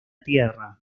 tierra